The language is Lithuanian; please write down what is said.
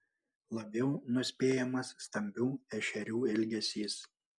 labiau nuspėjamas stambių ešerių elgesys